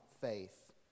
faith